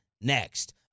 next